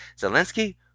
Zelensky